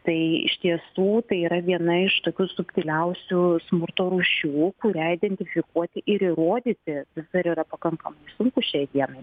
tai iš tiesų tai yra viena iš tokių subtiliausių smurto rūšių kurią identifikuoti ir įrodyti dar yra pakankamai sunku šiai dienai